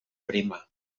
prima